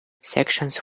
sections